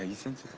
ah since